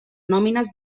nòmines